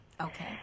Okay